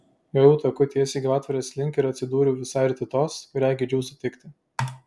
jojau taku tiesiai gyvatvorės link ir atsidūriau visai arti tos kurią geidžiau sutikti